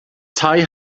tai